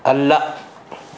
ಅಲ್ಲ